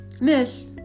miss